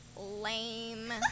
Lame